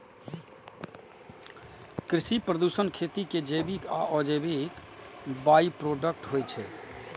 कृषि प्रदूषण खेती के जैविक आ अजैविक बाइप्रोडक्ट होइ छै